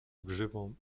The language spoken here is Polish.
grzywą